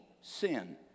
sin